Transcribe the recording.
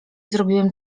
zrobiłem